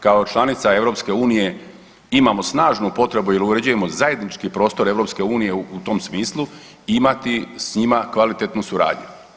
Kao članica EU imamo snažnu potrebu jer uređujemo zajednički prostor EU u tom smislu imati sa njima kvalitetnu suradnju.